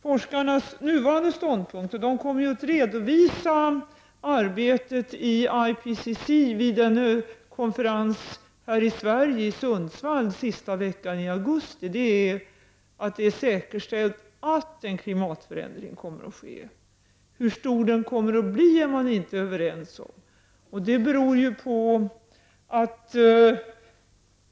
Forskarnas nuvarande ståndpunkt — de kommer att redovisa sitt arbete inför IPCC vid en konferens i Sundsvall sista veckan i augusti — är att det är säkerställt att en klimatförändring kommer att ske. Hur stor den kommer att bli är de inte överens om.